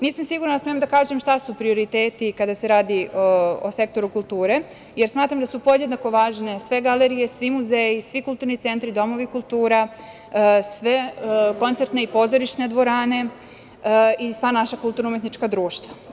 Nisam sigurna da smem da kažem šta su prioriteti kada se radi o sektoru kulture, jer smatram da su podjednako važne sve galerije, svi muzeji, svi kulturni centri, domovi kulture, sve koncertne i pozorišne dvorane i sva naša kulturno-umetnička društva.